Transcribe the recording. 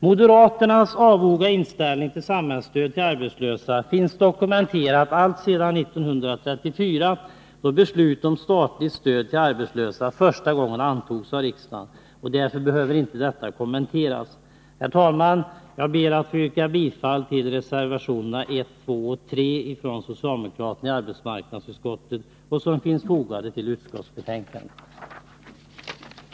Moderaternas avoga inställning till samhällsstöd till arbetslösa finns dokumenterad alltsedan 1934, då beslut om statligt stöd till arbetslösa första gången fattades av riksdagen. Därför behöver inte detta kommenteras. Herr talman! Jag ber att få yrka bifall till de socialdemokratiska reservationerna 1, 2 och 3 som fogats till utskottsbetänkandet.